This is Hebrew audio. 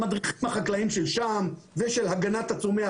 המדריכים החקלאיים שם ושל הגנת הצומח,